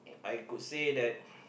I could say that